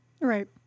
Right